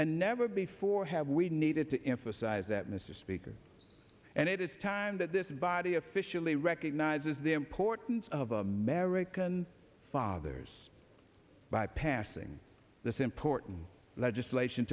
and never before have we needed to emphasize that mr speaker and it is time that this body officially recognizes the importance of american fathers by passing this important legislation